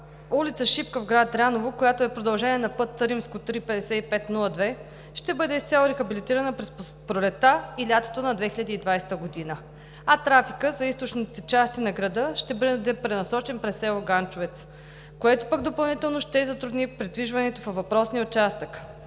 улица „Шипка“ в град Дряново, която е продължение на път III-5502, ще бъде изцяло рехабилитирана през пролетта и лятото на 2020 г. Трафикът за източните части на града ще бъде пренасочен през село Ганчовец, което допълнително ще затрудни придвижването във въпросния участък.